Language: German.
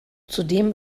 zudem